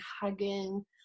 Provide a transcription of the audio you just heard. hugging